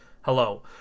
Hello